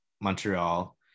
Montreal